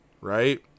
right